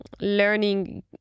learning